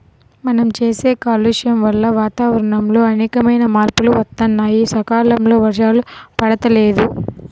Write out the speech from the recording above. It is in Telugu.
మనం చేసే కాలుష్యం వల్ల వాతావరణంలో అనేకమైన మార్పులు వత్తన్నాయి, సకాలంలో వర్షాలు పడతల్లేదు